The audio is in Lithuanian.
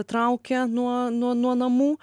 traukė nuo nuo nuo namų